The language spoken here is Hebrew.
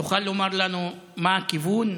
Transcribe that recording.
תוכל להגיד לנו מה הכיוון?